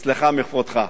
סליחה מכבודך,